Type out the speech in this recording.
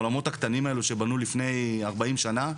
האולמות הקטנים האלו שבנו לפני ארבעים שנה,